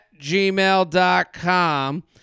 gmail.com